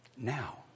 Now